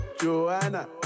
Joanna